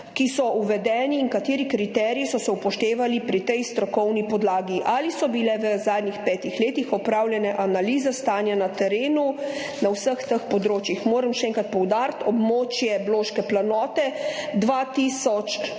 ki so uvedeni, in kateri kriteriji so se upoštevali pri tej strokovni podlagi? Ali so bile v zadnjih petih letih opravljene analize stanja na terenu na vseh teh področjih? Moram še enkrat poudariti, območje Bloške planote, 2